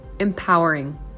empowering